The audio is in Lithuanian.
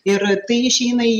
ir tai išeina į